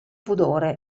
pudore